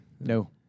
No